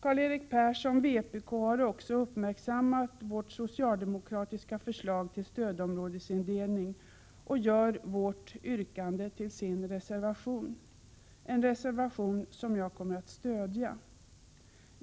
Karl-Erik Persson, vpk, har uppmärksammat vårt socialdemokratiska förslag till sstödområdesindelning och framfört vårt yrkande i sin reservation, som jag kommer att stödja.